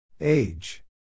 Age